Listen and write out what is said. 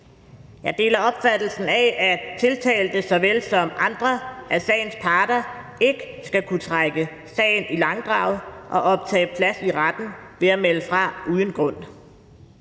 Jeg deler opfattelsen af, at tiltalte såvel som andre af sagens parter ikke skal kunne trække sagen i langdrag og optage plads i retten ved at melde fra uden grund.